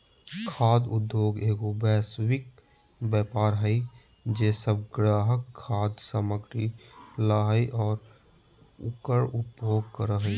खाद्य उद्योगएगो वैश्विक व्यापार हइ जे सब ग्राहक खाद्य सामग्री लय हइ और उकर उपभोग करे हइ